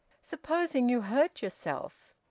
supposing you hurt yourself?